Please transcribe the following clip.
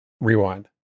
Rewind